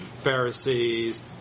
Pharisees